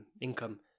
income